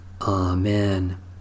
Amen